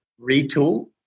retool